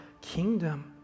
kingdom